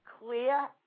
clear